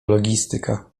logistyka